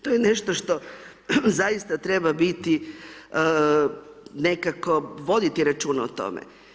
To je nešto što zaista treba biti nekako voditi računa o tome.